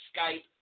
Skype